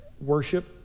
worship